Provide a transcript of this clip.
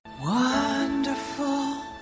Wonderful